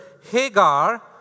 Hagar